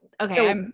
okay